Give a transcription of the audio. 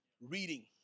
Reading